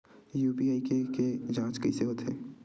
UPI के के जांच कइसे होथे?